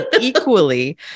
equally